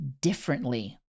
differently